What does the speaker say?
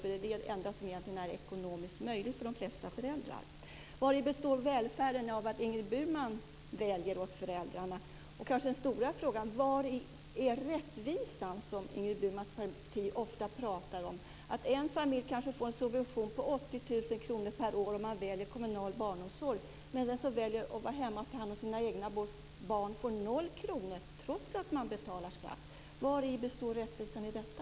Det är egentligen det enda som är ekonomiskt möjligt för de flesta föräldrar. Vari består välfärden att Ingrid Burman väljer åt föräldrarna? Och kanske den stora frågan: Vari ligger rättvisan, som Ingrid Burmans parti ofta talar om, i att en familj kanske får en subvention på 80 000 kr per år om man väljer kommunal barnomsorg medan den som väljer att vara hemma och ta hand om sina egna barn får 0 kr, trots att man betalar skatt? Vari består rättvisan i detta?